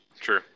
True